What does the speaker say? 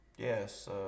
Yes